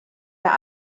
der